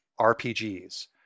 rpgs